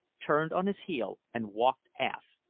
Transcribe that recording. turned on his heel and walked aft,